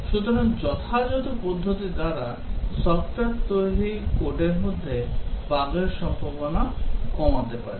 সুতরাং যথাযথ পদ্ধতি দ্বারা সফ্টওয়্যার তৈরি কোডের মধ্যে বাগের সম্ভাবনা কমাতে পারে